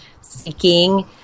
seeking